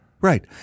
right